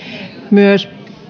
myös